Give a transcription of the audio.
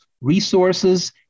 resources